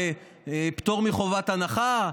בפטור מחובת ההנחה,